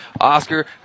Oscar